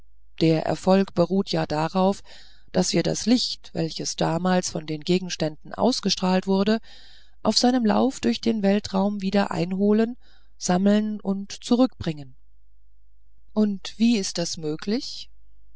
der erfolg beruht ja darauf daß wir das licht welches damals von den gegenständen ausgestrahlt wurde auf seinem lauf durch den weltraum wieder einholen sammeln und zurückbringen und wie ist das möglich